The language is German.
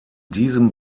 diesem